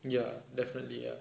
ya definitely ya